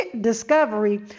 discovery